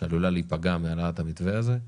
שעלולה להיפגע מהעלאת המלווה הזה,